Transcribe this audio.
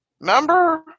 remember